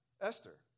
Esther